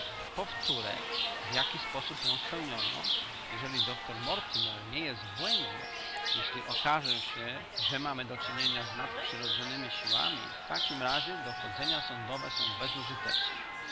powtóre w jaki sposób ją spełniono jeżeli doktor mortimer nie jest w błędzie jeśli okaże się że mamy do czynienia z nadprzyrodzonemi siłami w takim razie dochodzenia sądowe są bezużyteczne